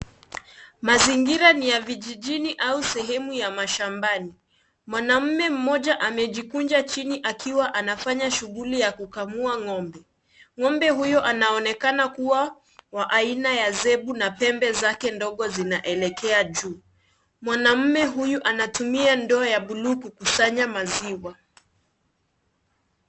Mazingira ni ya vijijini au sehemu ya mashambani. Mwanaume mmoja, amejikunja chini akiwa anafanya shughuli ya kukamua ng'ombe. Ng'ombe huyo anaoneka kuwa wa aina ya zebu na pembe zake ndogo zinaelekea juu. Mwanaume huyu, anatumia ndoo ya buluu kukusanya maziwa.